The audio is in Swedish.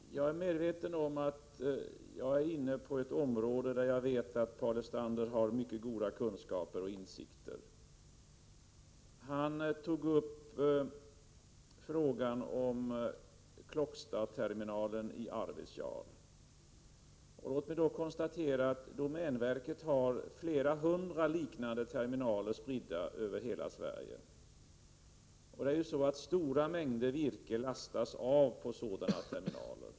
Herr talman! Jag är medveten om att jag är inne på ett område där Paul Lestander har mycket goda kunskaper och insikter. Han tog upp frågan om Klockstaterminalen i Arvidsjaur. Låt mig då konstatera att domänverket har flera hundra liknande terminaler spridda över hela Sverige. Stora mängder virke lastas av på dessa terminaler.